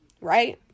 right